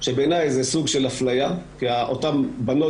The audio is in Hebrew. שבעיניי זה סוג של אפליה כי אותן בנות